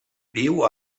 viu